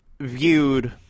viewed